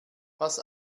pass